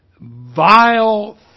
vile